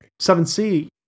7C